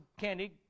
candy